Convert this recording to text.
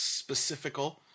specifical